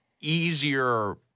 easier